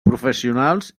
professionals